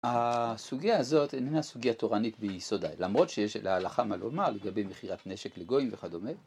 הסוגיה הזאת איננה סוגיה תורנית ביסודה, למרות שיש להלכה מה לומר לגבי מכירת נשק לגויים וכדומה.